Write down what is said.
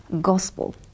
gospel